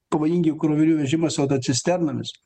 pavojingi krovinių vežimas autocisternomis